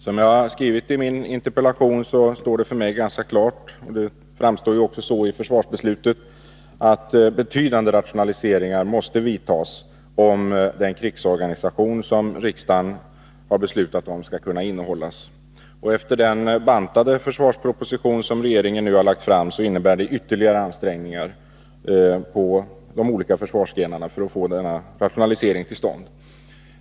Som jag har skrivit i min interpellation står det för mig ganska klart — det framstår också så i försvarsbeslutet — att betydande rationaliseringar måste vidtas om den krigsorganisation som riksdagen har beslutat om skall kunna klaras. Efter den bantade försvarsproposition som regeringen nu har lagt fram krävs det ytterligare ansträngningar inom de olika försvarsgrenarna för att få denna rationalisering till stånd.